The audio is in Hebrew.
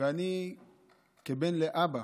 ואני בן לאבא